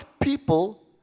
people